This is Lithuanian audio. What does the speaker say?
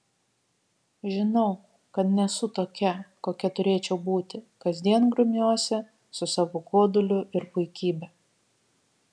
žinau kad nesu tokia kokia turėčiau būti kasdien grumiuosi su savo goduliu ir puikybe